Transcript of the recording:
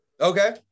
Okay